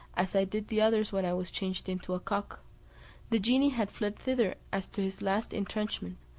as i did the others when i was changed into a cock the genie had fled thither as to his last intrenchment,